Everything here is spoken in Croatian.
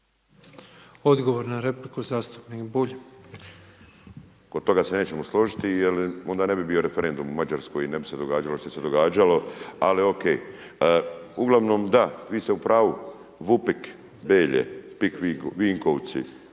Odgovor na repliku, zastupnik Bulj. **Bulj, Miro (MOST)** Kod toga se nećemo složiti jer onda ne bi bio referendum u Mađarskoj i ne bi se događalo što se događalo ali OK. Uglavnom da, vi ste u pravu, VUPIK Belje, PIK Vinkovci,